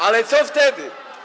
Ale co wtedy?